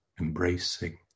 embracing